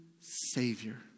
Savior